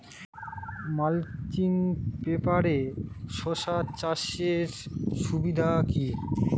Mulching পেপারে শসা চাষের সুবিধা কি?